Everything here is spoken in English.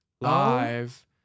live